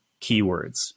keywords